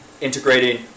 integrating